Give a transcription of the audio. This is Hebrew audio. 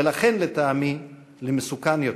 ולכן, לטעמי, למסוכן יותר.